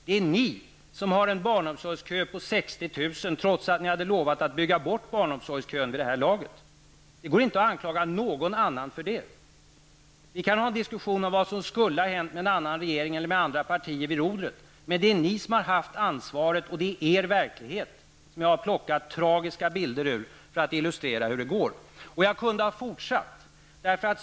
Det är ni som har en barnomsorgskö på 60 000, trots att ni hade lovat att bygga bort barnomsorgskön vid det här laget. Man kan inte anklaga någon annan för det. Vi kan ha en diskussion om vad som skulle ha hänt med en annan regering eller med andra partier vid rodret, men det är ni som har haft ansvaret, och det är er verklighet som jag har plockat tragiska bilder ur för att illustrera hur det går. Jag kunde ha fortsatt.